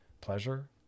pleasure